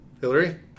Hillary